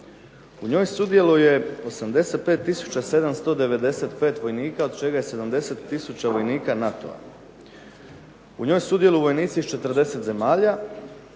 U njoj sudjeluje 85 tisuća 795 vojnika, od čega je 70 tisuća vojnika NATO-a. U toj sudjeluju vojnici iz 40 zemalja,